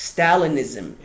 Stalinism